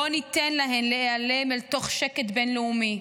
לא ניתן להן להיעלם אל תוך שקט בין-לאומי.